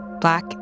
Black